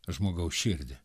žmogaus širdį